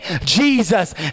Jesus